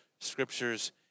scriptures